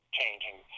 changing